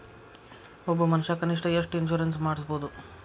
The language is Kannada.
ಒಬ್ಬ ಮನಷಾ ಕನಿಷ್ಠ ಎಷ್ಟ್ ಇನ್ಸುರೆನ್ಸ್ ಮಾಡ್ಸ್ಬೊದು?